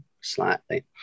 slightly